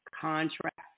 contract